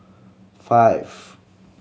five